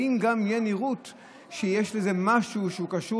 האם גם תהיה נראות שיש בזה משהו שקשור